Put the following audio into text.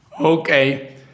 okay